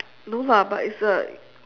no lah but it's a